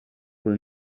were